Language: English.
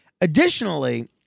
Additionally